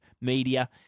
media